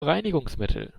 reinigungsmittel